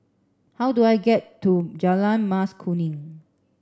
how do I get to Jalan Mas Kuning